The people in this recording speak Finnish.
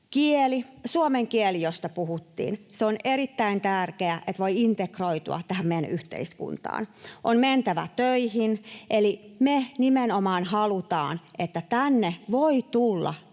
Suomen kieli, josta puhuttiin. Se on erittäin tärkeä, että voi integroitua tähän meidän yhteiskuntaan. On mentävä töihin. Eli me nimenomaan halutaan, että tänne voi tulla